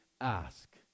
ask